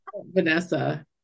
vanessa